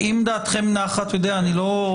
אם דעתכם נחה, בסדר.